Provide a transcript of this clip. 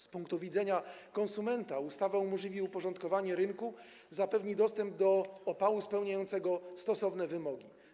Z punktu widzenia konsumenta ustawa umożliwi uporządkowanie rynku, zapewni dostęp do opału spełniającego stosowne wymogi.